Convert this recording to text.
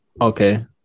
Okay